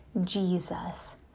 Jesus